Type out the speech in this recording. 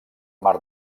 mar